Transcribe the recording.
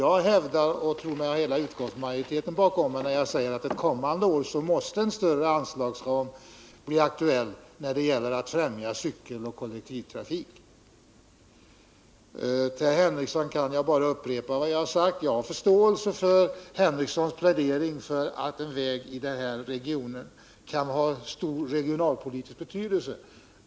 Jag tror att jag har hela utskottsmajoriteten bakom mig när jag säger att ett kommande år måste en större anslagsram bli aktuell när det gäller att främja cykeloch kollektivtrafik. Till herr Henriecsson kan jag bara upprepa vad jag har sagt. Jag har förståelse för att den väg herr Henricsson pläderar för kan ha stor regionalpolitisk betydelse.